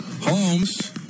Holmes